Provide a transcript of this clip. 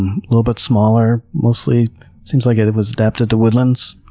little bit smaller, mostly seems like it it was adapted to woodlands.